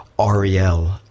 Ariel